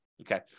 Okay